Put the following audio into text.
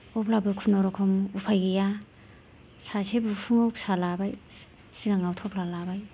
अब्लाबो खुनुरुखुम उफाय गैया सासे बिखुंआव फिसा लाबाय सिगाङाव थफ्ला लाबाय